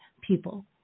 people